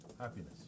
Happiness